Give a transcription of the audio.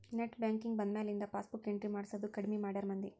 net banking ಬಂದ್ಮ್ಯಾಲಿಂದ passbook entry ಮಾಡ್ಸೋದ್ ಕಡ್ಮಿ ಮಾಡ್ಯಾರ ಮಂದಿ